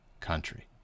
country